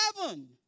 heaven